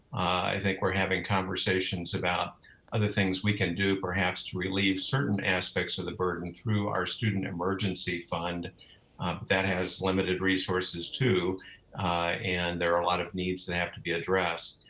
i think we're having conversations about other things we can do perhaps to relieve certain aspects of the burden through our student emergency fund. but that has limited resources too and there are a lot of needs that have to be addressed.